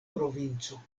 provinco